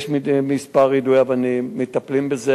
יש כמה יידויי אבנים, מטפלים בזה.